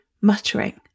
muttering